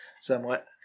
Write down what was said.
somewhat